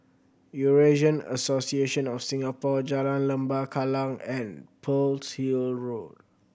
Eurasian Association of Singapore Jalan Lembah Kallang and Pearl's Hill Road